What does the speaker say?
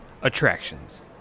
Attractions